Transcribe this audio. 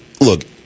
Look